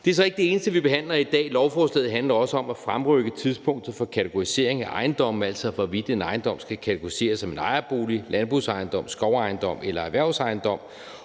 Det er så ikke det eneste, vi behandler i dag. Lovforslaget handler også om at fremrykke tidspunktet for kategoriseringen af ejendomme – altså hvorvidt en ejendom skal kategoriseres som en ejerbolig, landbrugsejendom, skovejendom eller erhvervsejendom